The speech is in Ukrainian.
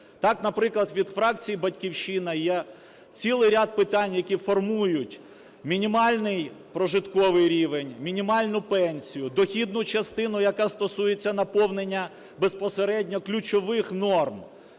Так, наприклад, від фракції "Батьківщина" є цілий ряд питань, які формують мінімальний прожитковий рівень, мінімальну пенсію, дохідну частину, яка стосується наповнення безпосередньо ключових норм.